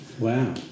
Wow